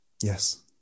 Yes